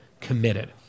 committed